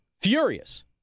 furious